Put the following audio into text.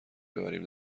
ببریم